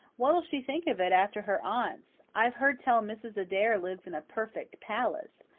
what'll she think of it after her aunt's? i've heard tell mrs. adair lives in a perfect palace.